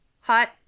hot